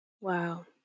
Wow